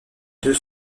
deux